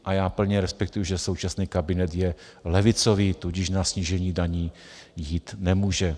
A já plně respektuji, že současný kabinet je levicový, tudíž na snížení daní jít nemůže.